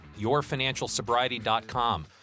yourfinancialsobriety.com